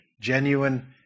genuine